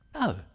no